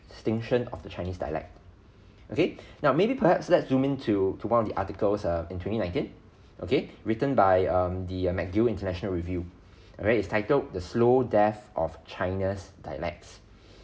extinction of the chinese dialect okay now maybe perhaps let's zoom into to one of the articles uh in twenty nineteen okay written by um the uh McGill international review alright it's titled the slow death of china's dialects